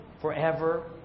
forever